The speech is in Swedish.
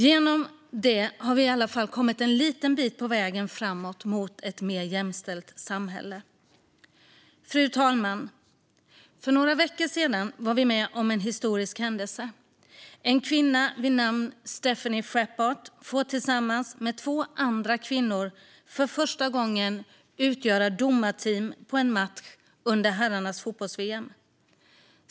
Genom detta har vi i alla fall kommit en liten bit framåt på vägen mot ett mer jämställt samhälle. Fru talman! För några veckor sedan var vi med om en historisk händelse. En kvinna vid namn Stéphanie Frappart fick tillsammans med två andra kvinnor för första gången utgöra ett domarteam i en match under herrarnas fotbolls-VM.